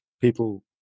people